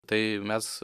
tai mes